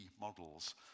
models